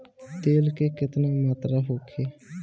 तेल के केतना मात्रा होखे?